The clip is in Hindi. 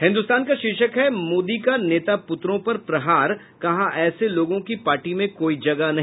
हिन्दुस्तान का शीर्षक है मोदी का नेता पुत्रों पर प्रहार कहा ऐसे लोगों की पार्टी में कोई जगह नहीं